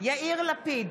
יאיר לפיד,